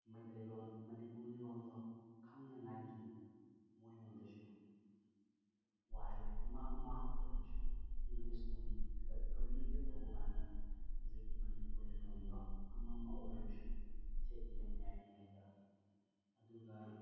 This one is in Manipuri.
ꯃꯩꯇꯩꯂꯣꯟ ꯃꯅꯤꯄꯨꯔꯤ ꯂꯣꯟꯗꯣ ꯈꯪꯅꯉꯥꯏꯒꯤ ꯃꯣꯏꯉꯣꯟꯗꯁꯨ ꯋꯥꯍꯩ ꯑꯃ ꯑꯃ ꯑꯣꯏꯔꯁꯨ ꯏꯪꯂꯤꯁ ꯂꯣꯟꯗ ꯀꯝꯃꯨꯅꯤꯀꯦꯠ ꯇꯧꯕꯀꯥꯟꯗ ꯍꯧꯖꯤꯛꯀꯤ ꯃꯅꯤꯄꯨꯔꯤ ꯂꯣꯟꯗꯣ ꯑꯃ ꯑꯃ ꯑꯣꯏꯔꯁꯨ ꯊꯦꯠꯂꯤ ꯃꯌꯥꯏ ꯃꯌꯥꯏꯗ ꯑꯗꯨꯒ